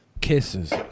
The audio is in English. Kisses